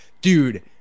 dude